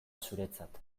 zuretzat